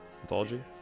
Anthology